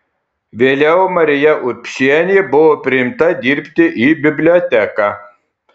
vėliau marija urbšienė buvo priimta dirbti į biblioteką